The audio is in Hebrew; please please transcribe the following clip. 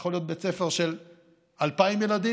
זה יכול להיות בית ספר של 2,000 ילדים